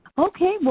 okay. well,